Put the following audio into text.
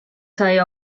sai